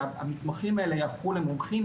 שהמתמחים האלה יהפכו למומחים,